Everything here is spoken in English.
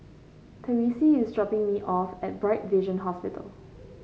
Therese is dropping me off at Bright Vision Hospital